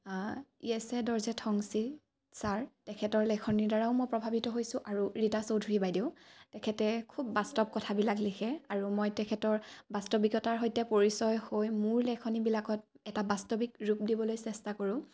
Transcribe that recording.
য়েছে Dorje Thongchi sir তেখেতৰ লেখনিৰ দ্বাৰাও মই প্ৰভাৱিত হৈছোঁ আৰু ৰীতা চৌধুৰী বাইদেউ তেখেতে খুব বাস্তৱ কথাবিলাক লিখে আৰু মই তেখেতৰ বাস্তৱিকতাৰ সৈতে পৰিচয় হৈ মোৰ লেখনিবিলাকত এটা বাস্তৱিক ৰূপ দিবলৈ চেষ্টা কৰোঁ